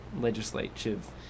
legislative